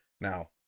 Now